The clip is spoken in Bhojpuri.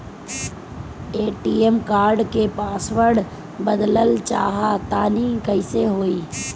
ए.टी.एम कार्ड क पासवर्ड बदलल चाहा तानि कइसे होई?